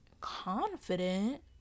confident